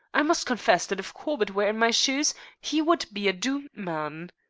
i must confess that if corbett were in my shoes he would be a doomed man.